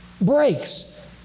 Breaks